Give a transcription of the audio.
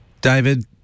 David